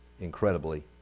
incredibly